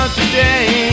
today